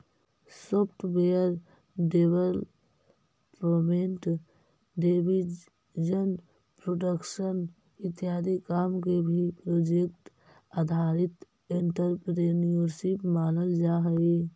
software development television production इत्यादि काम के भी प्रोजेक्ट आधारित एंटरप्रेन्योरशिप मानल जा हई